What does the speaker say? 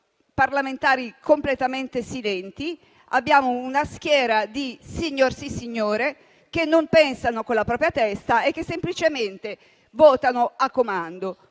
parlamentari completamente silenti, abbiamo una schiera di "signorsì signore", che non pensano con la propria testa e che semplicemente votano a comando.